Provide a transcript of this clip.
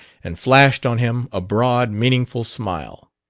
and flashed on him a broad, meaningful smile.